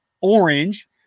orange